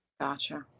Gotcha